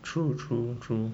true true true